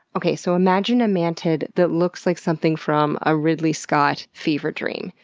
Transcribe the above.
okay. so imagine a mantid that looks like something from a ridley scott fever dream.